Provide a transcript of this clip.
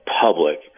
public